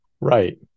Right